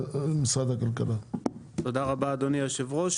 תודה רבה אדוני היושב-ראש.